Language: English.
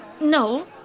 No